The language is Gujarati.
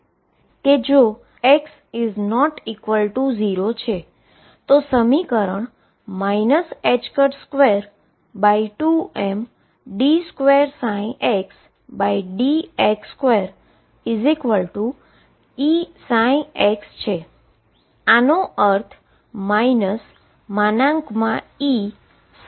કે જો x ≠ 0 છે તો સમીકરણ 22md2xdx2Eψ છે અને આનો અર્થ Ex થાય છે